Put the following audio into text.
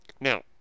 Now